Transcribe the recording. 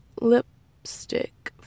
lipstick